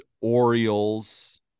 Orioles